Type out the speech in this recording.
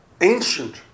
ancient